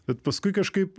bet paskui kažkaip